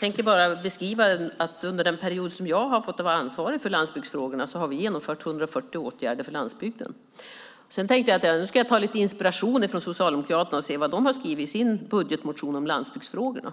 vill bara beskriva att under den period som jag har fått vara ansvarig för landsbygdsfrågorna har vi genomfört 140 åtgärder för landsbygden. Sedan tänkte jag hämta lite inspiration från Socialdemokraterna och se va de har skrivit om landsbygdsfrågorna i sin budgetmotion.